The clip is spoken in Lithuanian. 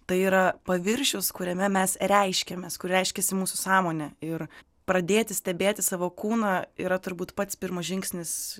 tai yra paviršius kuriame mes reiškiamės kur reiškiasi mūsų sąmonė ir pradėti stebėti savo kūną yra turbūt pats pirmas žingsnis